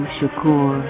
Shakur